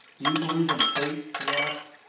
do you believe in fate? he asked.